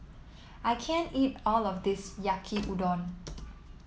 I can't eat all of this Yaki Udon